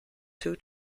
two